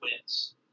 wins